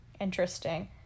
Interesting